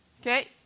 okay